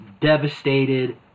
devastated